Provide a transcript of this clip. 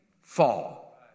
fall